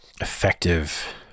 effective